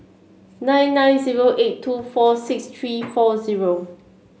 nine nine zero eight two four six three four zero